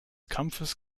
kampfes